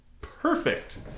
Perfect